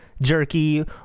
jerky